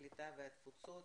הקליטה והתפוצות,